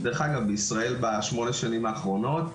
דרך אגב, בשמונה שנים האחרונות,